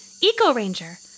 Eco-Ranger